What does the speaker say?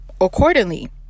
accordingly